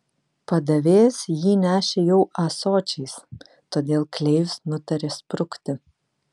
padavėjas jį nešė jau ąsočiais todėl klėjus nutarė sprukti